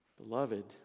Beloved